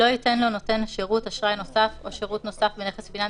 לא ייתן לו נותן השירות אשראי נוסף או שירות נוסף בנכס פיננסי,